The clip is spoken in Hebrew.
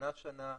שנה שנה,